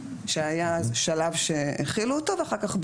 שהיה אז שלב שהחילו אותו ואחר כך ביטלו.